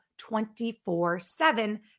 24-7